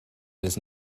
his